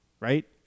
right